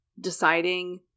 deciding